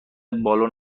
بالون